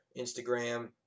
Instagram